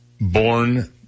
born